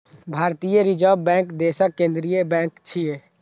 भारतीय Reserve Bank देशक केंद्रीय बैंक छियै